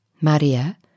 Maria